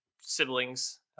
siblings